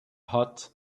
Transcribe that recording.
hot